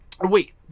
Wait